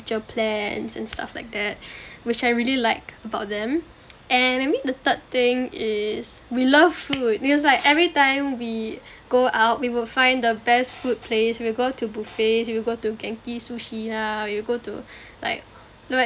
plans and stuff like that which I really like about them and maybe the third thing is we love food because like every time we go out we will find the best food place we will go to buffets we will go to genki sushi lah we go to like like